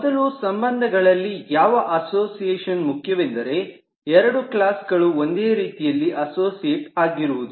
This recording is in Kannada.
ಮೊದಲು ಸಂಬಂಧಗಳಲ್ಲಿ ಯಾವ ಅಸೋಸಿಯೇಷನ್ ಮುಖ್ಯವೆಂದರೆ ಎರಡು ಕ್ಲಾಸ್ ಗಳು ಒಂದೇ ರೀತಿಯಲ್ಲಿ ಅಸೋಸಿಯೇಟ್ ಆಗಿರುವುದು